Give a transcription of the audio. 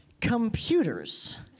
computers